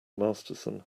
masterson